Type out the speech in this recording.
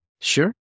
Sure